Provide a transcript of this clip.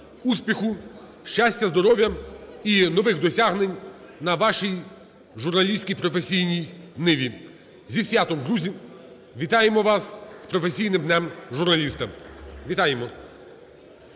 успіху, щастя, здоров'я і нових досягнень на вашій журналістській професійній ниві. Зі святом, друзі, вітаємо вас з професійним Днем журналіста! Вітаємо!